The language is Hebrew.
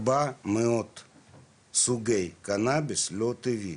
400 סוגים של קנביס לא טבעי,